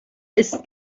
ist